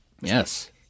Yes